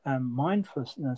Mindfulness